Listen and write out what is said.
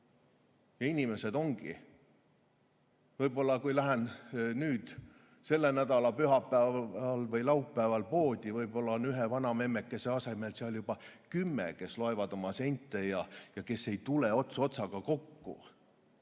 ja veelgi rohkem. Võib-olla kui lähen selle nädala pühapäeval või laupäeval poodi, on ühe vanamemmekese asemel seal juba kümme, kes loevad oma sente ja kes ei tule ots otsaga kokku.